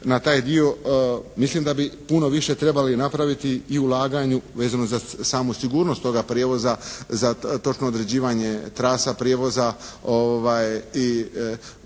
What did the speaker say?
na taj dio mislim da bi puno više trebali napraviti i u ulaganju vezano za samu sigurnost toga prijevoza za točno određivanje trasa prijevoza i prometnice,